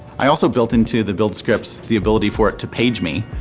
i also built into the build scripts the ability for it to page me.